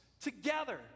together